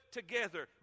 together